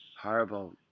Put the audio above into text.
horrible